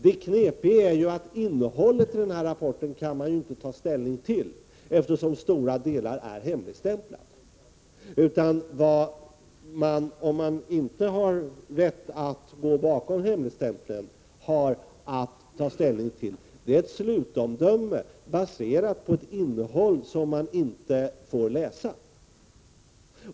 Det knepiga är ju att man inte kan ta ställning till innehållet i denna rapport eftersom stora delar är hemligstämplade. Om man inte har rätt att gå bakom hemligstämpeln, har man att ta ställning till ett slutomdöme baserat på ett innehåll som man inte får läsa.